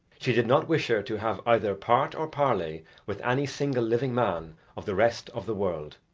she did not wish her to have either part or parley with any single living man of the rest of the world.